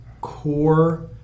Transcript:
core